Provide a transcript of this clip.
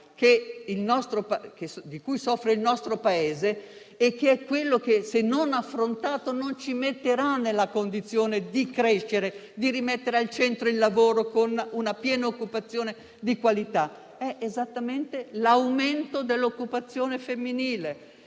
di cui soffre il nostro Paese e che, se non affrontato, non ci metterà nella condizione di crescere e di rimettere al centro il lavoro con una piena occupazione di qualità: l'aumento dell'occupazione femminile.